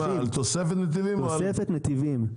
על תוספת נתיבים או על --- על תוספת נתיבים.